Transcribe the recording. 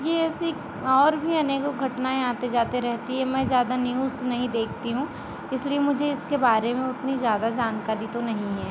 ये ऐसी और भी अनेकों घटनाएं आती जाती रहती है मैं ज़्यादा न्यूज़ नहीं देखती हूँ इसलिए मुझे इसके बारे में उतनी ज़्यादा जानकारी तो नहीं है